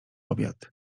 obiad